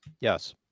Yes